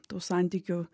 tų santykių